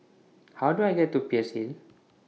How Do I get to Peirce Hill